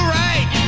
right